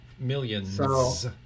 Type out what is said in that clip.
Millions